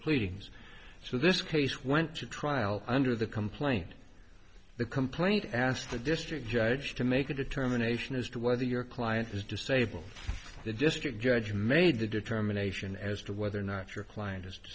pleadings so this case went to trial under the complaint the complaint asked the district judge to make a determination as to whether your client is disabled the district judge made the determination as to whether or not your client is